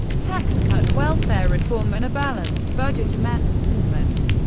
tax cuts, welfare reform, and a balanced budget um ah amendment,